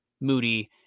Moody